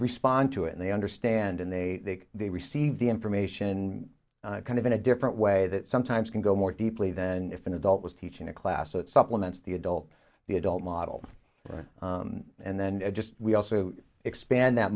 respond to it and they understand and they they receive the information kind of in a different way that sometimes can go more deeply than if an adult was teaching a class supplements the adult the adult model and then just we also expand that